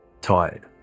tired